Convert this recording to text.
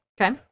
Okay